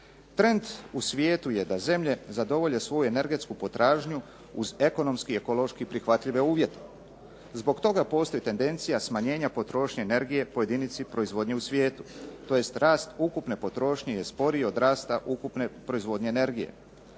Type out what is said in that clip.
Trend u svijetu je da zemlje zadovolje svoju energetsku potražnju uz ekonomski i ekološki prihvatljive uvijete. Zbog toga postoji tendencija smanjenja potrošnje energije po jedinici proizvodnje u svijetu, tj. rast ukupne potrošnje je sporiji od rasta ukupne proizvodnje energije.